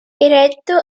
eretto